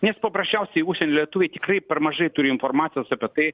nes paprasčiausiai užsieny lietuviai tikrai per mažai turi informacijos apie tai